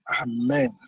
Amen